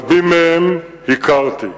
רבים מהם הכרתי.